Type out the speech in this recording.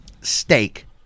steak